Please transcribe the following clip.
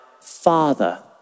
Father